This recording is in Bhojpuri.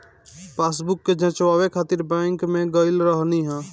पासबुक के जचवाए खातिर बैंक में गईल रहनी हअ